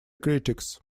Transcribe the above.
critics